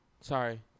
Sorry